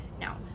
Now